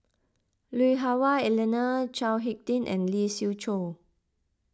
Lui Hah Wah Elena Chao Hick Tin and Lee Siew Choh